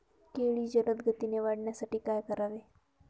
केळी जलदगतीने वाढण्यासाठी काय करावे?